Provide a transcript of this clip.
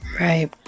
Right